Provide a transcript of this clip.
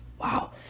Wow